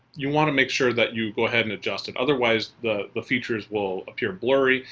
you want to make sure that you go ahead and adjust it, otherwise the the features will appear blurry,